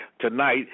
tonight